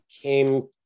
came